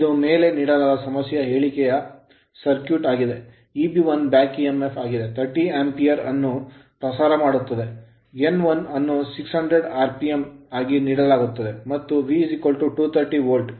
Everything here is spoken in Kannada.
ಇದು ಮೇಲೆ ನೀಡಲಾದ ಸಮಸ್ಯೆಯ ಹೇಳಿಕೆಯ circuit ಸರ್ಕ್ಯೂಟ್ ಆಗಿದೆ Eb1 back emf ಹಿಂದಿನ ಎಮ್ಫ್ ಆಗಿದೆ 30 Ampere ಆಂಪಿಯರ್ ಅನ್ನು ಪ್ರಸಾರ ಮಾಡುತ್ತದೆ n1 ಅನ್ನು 600 rpm ಆರ್ ಪಿಎಂ ಆಗಿ ನೀಡಲಾಗುತ್ತದೆ ಮತ್ತು V230 ವೋಲ್ಟ್